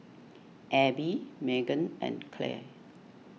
Abby Meagan and Clell